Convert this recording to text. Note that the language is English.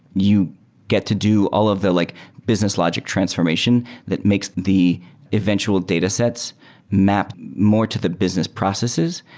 you get to do all of the like business logic transformation that makes the eventual datasets map more to the business processes,